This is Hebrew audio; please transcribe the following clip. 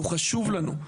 הוא חשוב לנו,